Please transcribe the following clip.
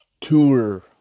tour